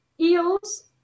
eels